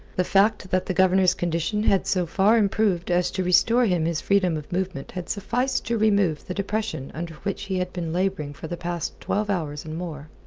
the fact that the governor's condition had so far improved as to restore him his freedom of movement had sufficed to remove the depression under which he had been labouring for the past twelve hours and more.